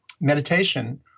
meditation